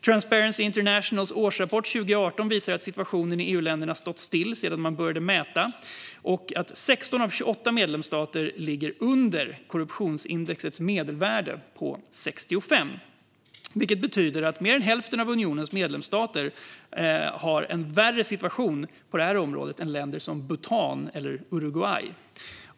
Transparency Internationals årsrapport 2018 visar att situationen i EU-länderna stått still sedan man började mäta och att 16 av 28 medlemsstater ligger under korruptionsindexets medelvärde på 65, vilket betyder att mer än hälften av unionens medlemsstater har en värre situation på området än länder som Bhutan och Uruguay.